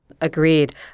agreed